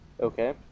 Okay